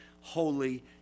holy